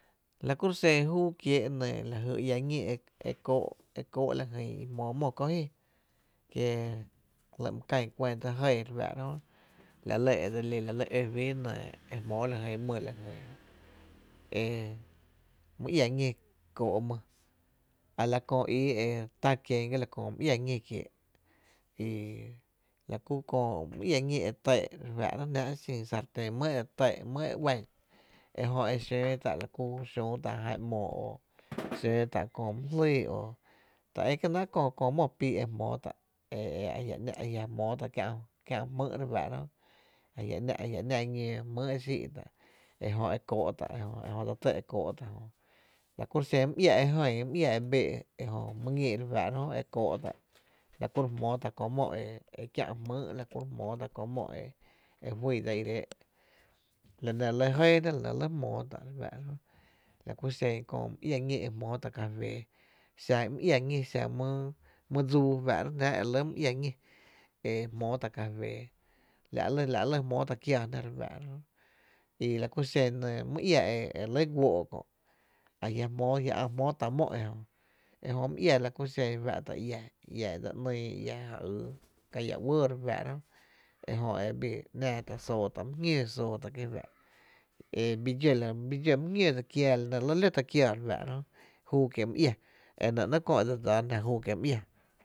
La kuro’ xen júu kiéé’ lajy iá ñí e kóó’ e kóó’ lajyn i jmóo mó kó ji kie jli’ my kan kuanta, jɇɇ re fá’ra jö e la lɇ e dse li nɇɇ e jmóo lajyn my lajyn, emy iá ñí kóó’ my a la köö ii tá’ kiéé’ e ga la köö my iá ñí kiee’ i la ku köö my iá ñí e tɇɇ’ re fá’ra jnáá’ e xin sarten my e tɇɇ’ my e uán, ejö e xöö tá’ la ku e xüütá’ jan ‘moo’ o xöí tá’ köö my jlýy o ta e kienáá’ köö mó pii’ e jmóó tá’ e a jia’ ‘nⱥ’e jia’ jmóó tá’ kiä’ jmýy’ re fáá’ra a jia’ ‘nⱥ’ ñoo jmý’ e xíí’ tá’ e jö e kóó’ tá’ ejö e ekóó’ tá’ jö la kuro’ xen my iá e jÿy my iá e bee’ ejö my ñí re fáá’ra jö e koo’ tá’ lakuro’ jmoo tá’ köö mó e kiä’ jmýy’ e köö mó e fyy dsa i re é’ la nɇ re lɇ jɇɇ jná la nɇ re lɇ jmoo tá’ la ku xen köö my iä ñí e jmoo tá’ café xa my iá ñí xa my dsuu fáá’rá’ jnáá’ e re lɇ my iá ñí e jmoota’ cafee, la’ lɇ jmoo tá’ kiáa jná re fá’ra jö, i la ku xen my ia e re lɇ´guoo’ kö’ ajia’ jmootá’ mó ejö la ku xen fá’ta’ iá, iá e dse ‘nii kä ia uɇɇ re fáá’ra ejö ebii ‘nⱥⱥ tá’ e soo tá’ my jñóó ki fá’ta’ e bii dxó my jñóo dse kiáá la’ re lɇ lótá’ kiáá re fáá’ra júú kiee’ my iá.